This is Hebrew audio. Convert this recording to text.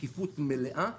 שקיפות מלאה.